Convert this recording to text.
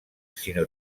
sinó